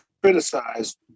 criticized